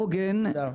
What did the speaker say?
עוגן,